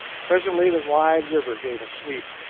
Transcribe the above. presently the wide river gave a sweep,